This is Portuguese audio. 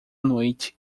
noite